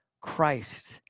Christ